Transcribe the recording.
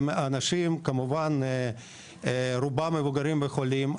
האנשים כמובן רובם מבוגרים וחולים,